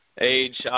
Age